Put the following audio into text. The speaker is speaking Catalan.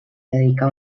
dedicà